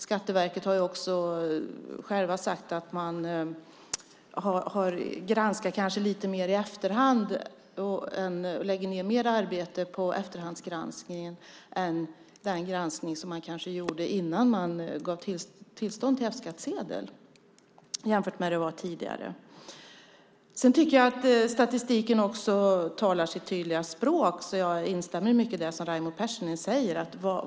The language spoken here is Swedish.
Skatteverket har själva sagt att man kanske lägger ned mer arbete på efterhandsgranskningen nu än på den granskning man gör innan man ger tillstånd till F-skattsedel, jämfört med hur det var tidigare. Statistiken talar också sitt tydliga språk, så jag instämmer i mycket av det Raimo Pärssinen säger.